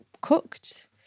cooked